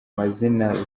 mazina